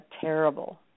terrible